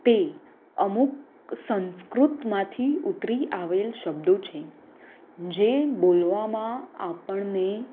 તે અમુક સંસ્કૃતમાંથી ઉતરી આવેલા શબ્દો છે જે બોલવામાં આપણને